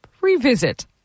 revisit